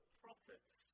prophets